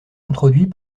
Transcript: introduits